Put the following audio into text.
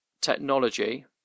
technology